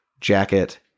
jacket